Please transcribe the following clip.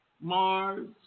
Mars